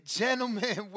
gentlemen